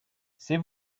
c’est